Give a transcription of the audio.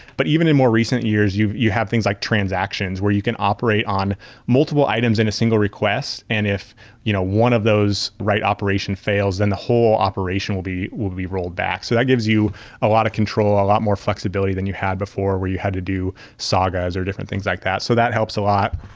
but even in more recent years, you you have things like transactions where you can operate on multiple items in a single request, and if you know one of those write operation fails, then the whole operation will be will be rolled back. so that gives you a lot of control, a lot more flexibility than you had before where you had to do sagas or different things like that. so that helps a lot.